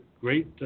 great